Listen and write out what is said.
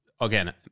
again